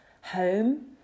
Home